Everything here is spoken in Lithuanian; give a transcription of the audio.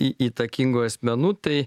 į įtakingų asmenų tai